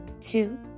Two